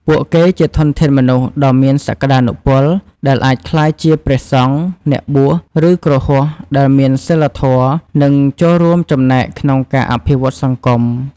ពួកគេជាធនធានមនុស្សដ៏មានសក្ដានុពល ដែលអាចក្លាយជាព្រះសង្ឃ អ្នកបួស ឬគ្រហស្ថដែលមានសីលធម៌ និងចូលរួមចំណែកក្នុងការអភិវឌ្ឍសង្គម។